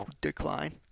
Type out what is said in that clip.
decline